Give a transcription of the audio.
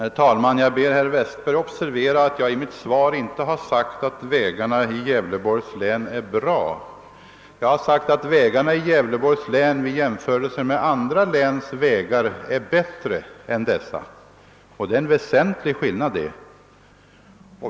Herr talman! Jag ber herr Westberg 1 Ljusdal observera att jag i mitt svar inte har sagt att vägarna i Gävleborgs län är bra; jag har sagt att de vid en jämförelse med andra läns vägar är bättre än dessa — det är en väsentlig skillnad.